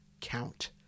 count